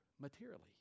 materially